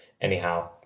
anyhow